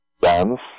dance